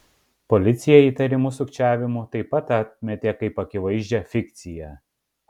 policija įtarimus sukčiavimu taip pat atmetė kaip akivaizdžią fikciją